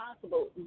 possible